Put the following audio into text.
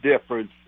difference